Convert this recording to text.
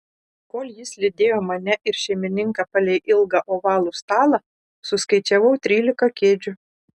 kol jis lydėjo mane ir šeimininką palei ilgą ovalų stalą suskaičiavau trylika kėdžių